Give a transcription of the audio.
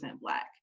Black